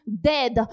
dead